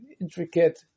intricate